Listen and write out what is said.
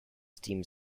steam